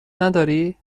نداری